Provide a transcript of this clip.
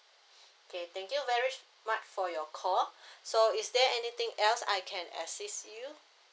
okay thank you very much for your call so is there anything else I can assist you